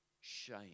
shame